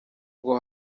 ngo